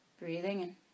Breathing